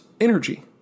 energy